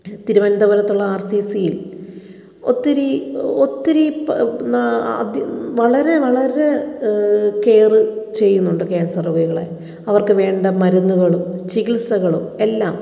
തിരുവന്തപുരത്തുള്ള R C സിയിൽ ഒത്തിരി ഒത്തിരി വളരെ വളരെ കെയർ ചെയ്യുന്നുണ്ട് ക്യാൻസർ രോഗികളെ അവർക്കു വേണ്ട മരുന്നുകളും ചികിത്സകളും എല്ലാം